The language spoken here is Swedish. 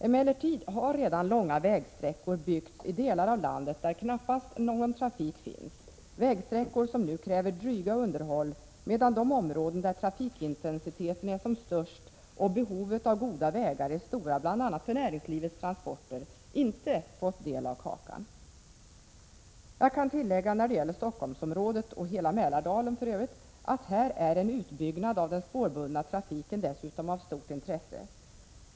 Emellertid har redan långa vägsträckor byggts i delar av landet där knappast någon trafik finns, vägsträckor som nu kräver drygt underhåll, medan de områden där trafikintensiteten är som störst och behovet av goda vägar är stora, bl.a. för näringslivets transporter, inte fått del av kakan. Jag kan tillägga när det gäller Stockholmsområdet och hela Mälardalen för Övrigt att här är dessutom en utbyggnad av den spårbundna trafiken av stort intresse.